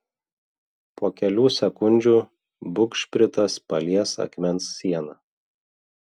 po kelių sekundžių bugšpritas palies akmens sieną